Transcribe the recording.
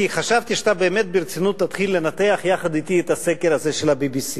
כי חשבתי שאתה באמת ברצינות תתחיל לנתח יחד אתי את הסקר הזה של ה-BBC.